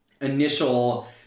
initial